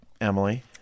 Emily